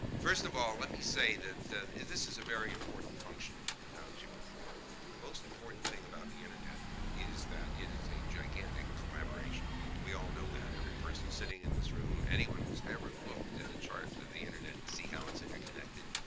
first of all, let me say that this is a very important function to perform. the most important thing about the internet is that it is a gigantic collaboration. we all know that. every person sitting in this room, anyone who's ever looked at a chart of the internet and see how it's interconnected,